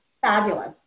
fabulous